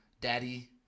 Daddy